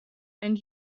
and